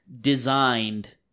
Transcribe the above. designed